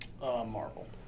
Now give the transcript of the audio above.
Marvel